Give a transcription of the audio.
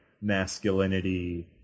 masculinity